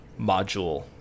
module